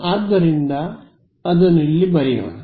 ಆದ್ದರಿಂದ ಅದನ್ನು ಇಲ್ಲಿ ಬರೆಯೋಣ